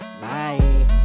Bye